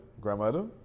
grandmother